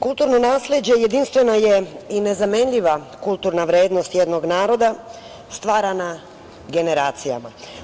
Kulturno nasleđe jedinstvena je i nezamenljiva kulturna vrednost jednog naroda, stvarana generacijama.